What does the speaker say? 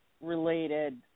related